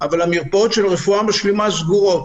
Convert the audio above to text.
אבל המרפאות של הרפואה המשלימה סגורות.